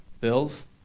Bills